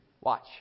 Watch